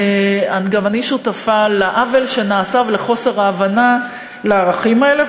גם אני שותפה לעוול שנעשה ולחוסר ההבנה לערכים האלה.